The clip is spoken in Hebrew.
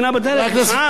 חבר הכנסת שטרית,